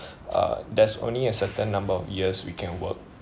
uh there's only a certain number of years we can work